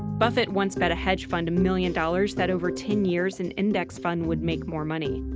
buffett once bet a hedge fund a million dollars that over ten years, an index fund would make more money,